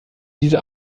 diese